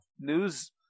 news